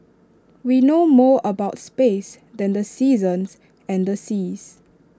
we know more about space than the seasons and the seas